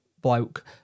bloke